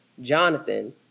Jonathan